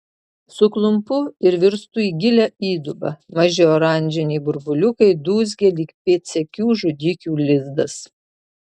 suklumpu ir virstu į gilią įdubą maži oranžiniai burbuliukai dūzgia lyg pėdsekių žudikių lizdas